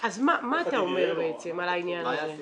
אז מה אתה אומר על העניין הזה?